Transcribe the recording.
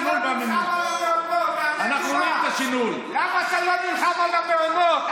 למה אתה לא נלחם על המעונות?